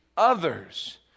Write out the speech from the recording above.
others